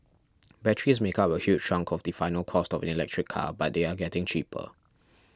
batteries make up a huge chunk of the final cost of electric car but they are getting cheaper